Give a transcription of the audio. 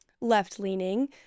left-leaning